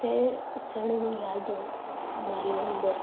તે ક્ષણની યાદો મારી અંદર